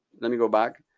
let me go back.